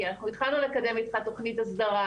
כי אנחנו התחלנו לקדם איתך תכנית הסדרה